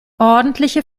ordentliche